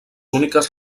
úniques